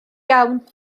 iawn